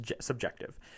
subjective